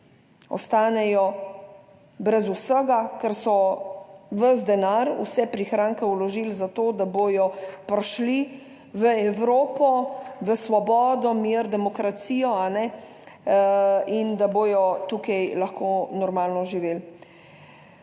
ostanejo brez vsega, ker so ves denar, vse prihranke vložili za to, da bodo prišli v Evropo, v svobodo, mir, demokracijo in da bodo tukaj lahko normalno živeli.